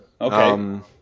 Okay